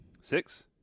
Six